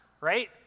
right